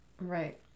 Right